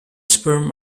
sperm